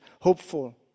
hopeful